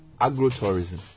Agro-tourism